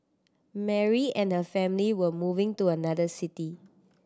Mary and her family were moving to another city